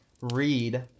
read